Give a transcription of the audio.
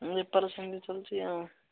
ବେପାର ସେମିତି ଚାଲିଛି ଆଉ